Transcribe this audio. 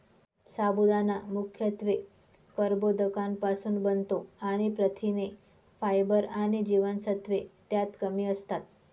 साबुदाणा मुख्यत्वे कर्बोदकांपासुन बनतो आणि प्रथिने, फायबर आणि जीवनसत्त्वे त्यात कमी असतात